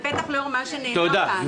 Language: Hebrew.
בטח לאור מה שנאמר כאן.